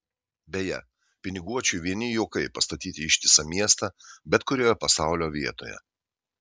beje piniguočiui vieni juokai pastatyti ištisą miestą bet kurioje pasaulio vietoje